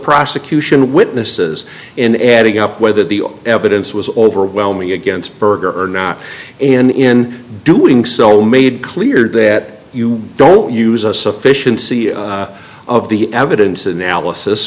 prosecution witnesses in adding up whether the evidence was overwhelming against berger or not in doing so made clear that you don't use a sufficiency of the evidence analysis